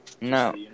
No